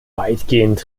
weitgehend